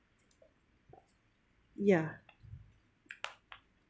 yeah